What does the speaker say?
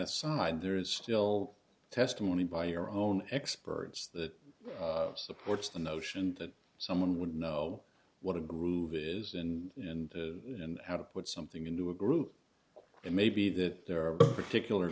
aside there is still testimony by your own experts that supports the notion that someone would know what it is and and then how to put something into a group and maybe that there are particular